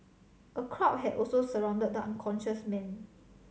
a crowd had also surrounded the unconscious man